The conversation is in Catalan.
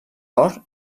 cor